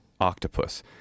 octopus